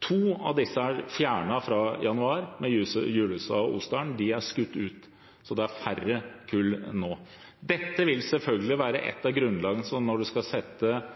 kull. To av disse ble fjernet i januar i Julussa og Osdalen – de ble skutt. Så det er færre kull nå. Dette vil selvfølgelig være noe av grunnlaget for rovviltnemndene når de skal